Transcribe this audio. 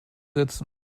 setzen